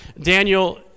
Daniel